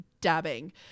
dabbing